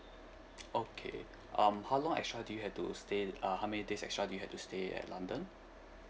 okay um how long extra do you had to stay uh how many days extra you had to stay at london